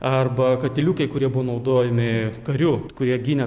arba katiliukai kurie buvo naudojami karių kurie gynė